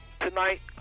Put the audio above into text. tonight